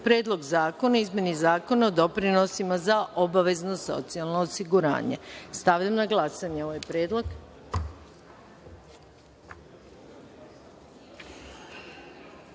Predlog zakona o izmeni Zakona o doprinosima za obavezno socijalno osiguranje. Stavljam na glasanje ovaj